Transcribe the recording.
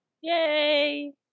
Yay